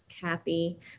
Kathy